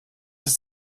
ist